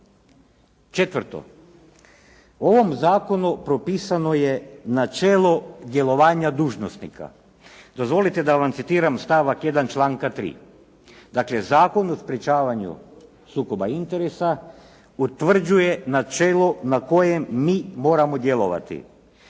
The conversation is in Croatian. Četvrto. Ovom zakonu propisano je načelo djelovanja dužnosnika. Dozvolite mi da vam citiram stavak 1. članka 3. Dakle, „Zakon o sprječavanju sukoba interesa utvrđuje načelo na kojem mi moramo djelovati.